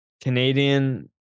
Canadian